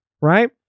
right